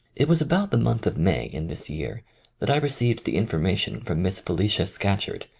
it was about the month of may in this year that i received the information from miss felicia scatcherd,